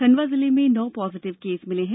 खण्डवा जिले में नौ पॉजिटिव केस मिले हैं